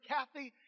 Kathy